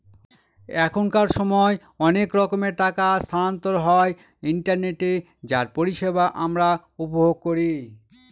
এখনকার সময় অনেক রকমের টাকা স্থানান্তর হয় ইন্টারনেটে যার পরিষেবা আমরা উপভোগ করি